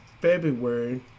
february